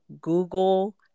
Google